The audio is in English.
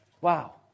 Wow